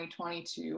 2022